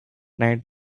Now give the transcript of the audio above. night